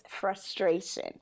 frustration